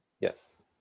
Yes